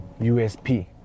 USP